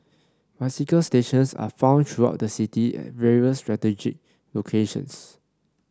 bicycle stations are found throughout the city at various strategic locations